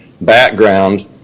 background